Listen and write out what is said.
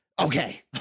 Okay